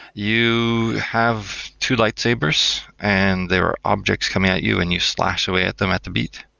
you have two lightsabers and there are objects coming at you and you slash away at them at the beat,